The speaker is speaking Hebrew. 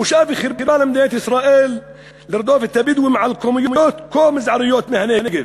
בושה וחרפה למדינת ישראל לרדוף את הבדואים על כמויות כה מזעריות מהנגב,